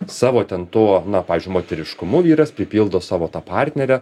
savo ten tuo na pavyzdžiui moteriškumu vyras pripildo savo tą partnerę